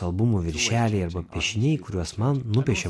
albumų viršeliai arba piešiniai kuriuos man nupiešė